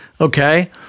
okay